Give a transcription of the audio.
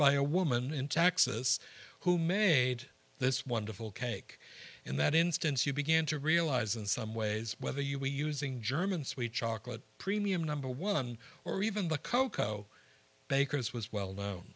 by a woman in texas who made this wonderful cake in that instance you began to realize in some ways whether you were using german sweet chocolate premium number one or even the cocoa bakers was well kno